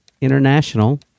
International